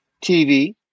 TV